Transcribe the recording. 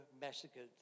massacred